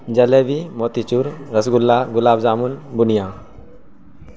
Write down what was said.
jalebi motichoor rasgulla gulab jamun بنیا